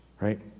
Right